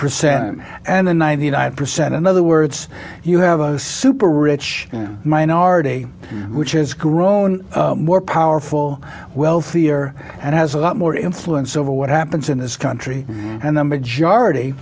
percent and the ninety nine percent in other words you have a super rich minority which has grown more powerful wealthier and has a lot more influence over what happens in this country and the majority